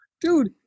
dude